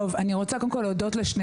קודם כול, אני רוצה להודות לשני